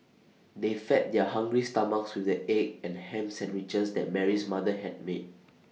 they fed their hungry stomachs with the egg and Ham Sandwiches that Mary's mother had made